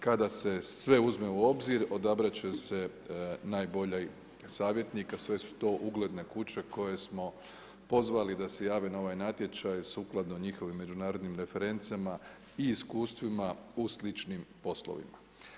Kada se sve uzme u obzir odabrati će se najbolji savjetnik a sve su to ugledne kuće koje smo pozvali da se jave na ovaj natječaj sukladno njihovim međunarodnim referencama i iskustvima u sličnim poslovima.